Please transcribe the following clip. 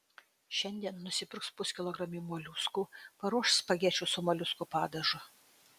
šiandien nusipirks puskilogramį moliuskų paruoš spagečių su moliuskų padažu